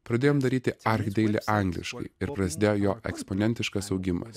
pradėjom daryti archdeili angliškai ir prasidėjo jo eksponentiškai augimas